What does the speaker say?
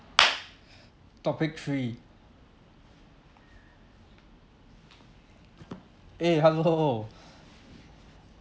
topic three eh hello